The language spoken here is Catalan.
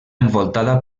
envoltada